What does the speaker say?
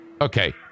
Okay